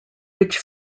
which